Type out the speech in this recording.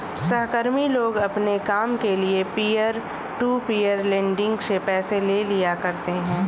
सहकर्मी लोग अपने काम के लिये पीयर टू पीयर लेंडिंग से पैसे ले लिया करते है